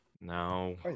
No